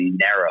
narrow